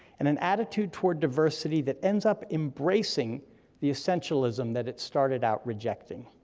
and an attitude toward diversity that ends up embracing the essentialism that it started out rejecting.